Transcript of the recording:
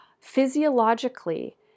physiologically